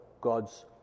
God's